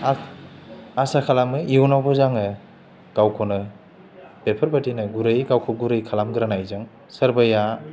आ आसा खालामो इयुनावबो जोङो गावखौनो बेफोरबायदिनो गुरैयै गावखौ गुरै खालामग्रोनायजों सोरबाया